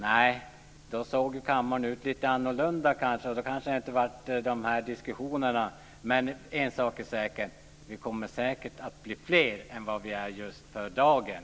Nej, då såg kammaren lite annorlunda ut och det kanske inte hade varit de här diskussionerna. Men en sak är säker: Vi kommer säkert att bli fler än vad vi är just för dagen.